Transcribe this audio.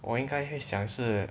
我应该会想是